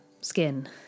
skin